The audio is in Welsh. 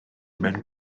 mewn